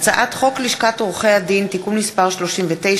הצעת חוק לשכת עורכי-הדין (תיקון מס' 39),